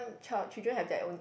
child children have their own